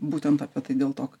būtent apie tai dėl to